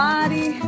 Body